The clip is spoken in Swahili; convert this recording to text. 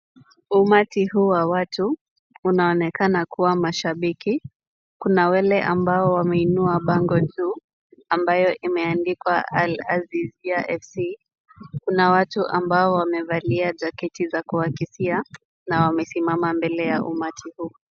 Umati huu wa watu unaonekana kuwa mashabiki. Kuna wale ambao wameinua bango juu, ambayo imeandikwa Al-Azizia FC. Kuna watu ambao wamevalia jaketi za kuakisia na wamesimama mbele ya umati huu.